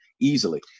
easily